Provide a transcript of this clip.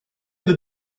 from